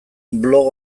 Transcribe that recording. blog